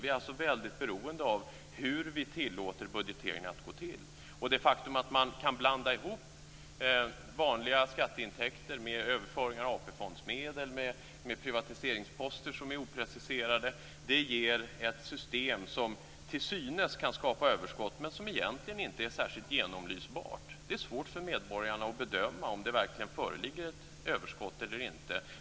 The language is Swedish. Vi är alltså väldigt beroende av hur vi tillåter budgetering att gå till. Och det faktum att man kan blanda ihop vanliga skatteintäkter med överföringar av AP-fondsmedel och med privatiseringsposter som är opreciserade ger ett system som till synes kan skapa överskott men som egentligen inte är särskilt genomlysbart. Det är svårt för medborgarna att bedöma om det verkligen föreligger ett överskott eller inte.